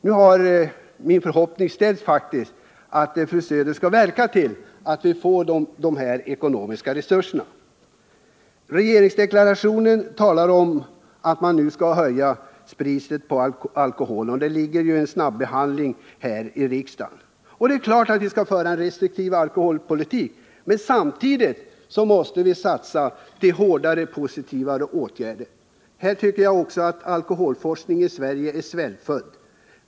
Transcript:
Nu har min förhoppning att fru Söder skall verka för att vi får dessa ekonomiska resurser stärkts. I regeringsdeklarationen talas om att man skall höja priset på alkohol, och det finns redan en proposition om detta för snabbehandling i riksdagen. Det är klart att vi måste fortsätta att föra en restriktiv alkoholpolitik, men samtidigt måste vi satsa hårdare på positiva åtgärder. Alkoholforskningen i Sverige är t.ex. svältfödd.